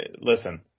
listen